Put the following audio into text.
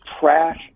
trash